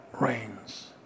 reigns